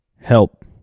help